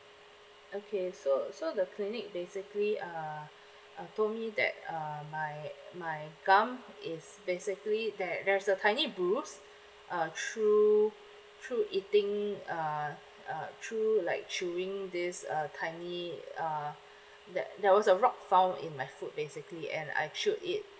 okay so so the clinic basically uh uh told me that uh my my gum is basically there there's a tiny bruise uh through through eating uh uh through like chewing this uh tiny uh there there was a rock found in my food basically and I chewed it